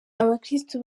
abakristo